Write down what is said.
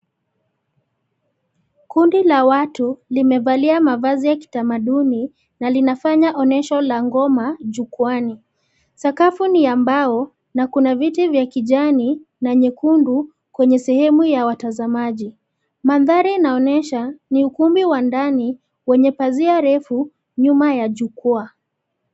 Kundi la watu, limevalia mavazi ya kitamaduni, na linafanya onyesho la ngoma jukwaani, sakafu ni ya mbao, na kuna viti vya kijani, na nyekundu, kwenye sehemu ya watazamaji, mandhari yanaonyesha, ni ukumbi wa ndani, wenye pazia refu, nyuma ya jukwaa.